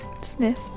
Sniff